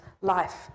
Life